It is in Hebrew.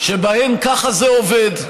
שבהן ככה זה עובד.